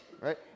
right